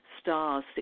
stars